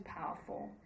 powerful